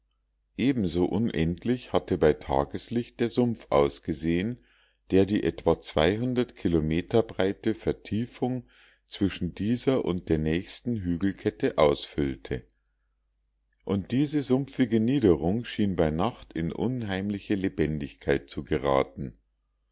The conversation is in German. ebenso unendlich hatte bei tageslicht der sumpf ausgesehen der die etwa kilometer breite vertiefung zwischen dieser und der nächsten hügelkette ausfüllte und diese sumpfige niederung schien bei nacht in unheimliche lebendigkeit zu geraten